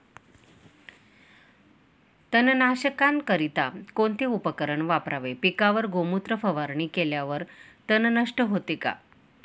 तणनाशकाकरिता कोणते उपकरण वापरावे? पिकावर गोमूत्र फवारणी केल्यावर तण नष्ट होते का?